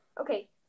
Okay